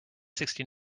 sixty